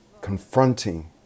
confronting